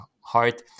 heart